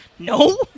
No